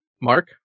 Mark